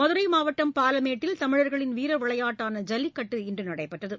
மதுரைமாவட்டம் பாலமேட்டில் தமிழர்களின் வீரவிளையாட்டான ஐல்லிக்கட்டு இன்றுநடைபெற்றது